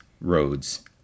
roads